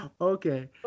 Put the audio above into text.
Okay